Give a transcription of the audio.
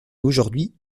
aujourd’hui